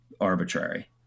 arbitrary